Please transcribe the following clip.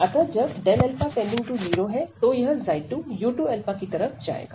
अतः जब α→0 तो यह 2 u2α की तरफ जाएगा